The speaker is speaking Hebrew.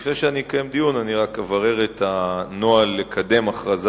לפני שאקיים דיון, רק אברר את הנוהל לקדם הכרזה